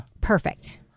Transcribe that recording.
perfect